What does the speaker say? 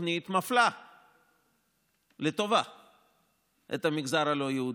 מפלה לטובה את המגזר הלא-יהודי,